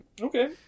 okay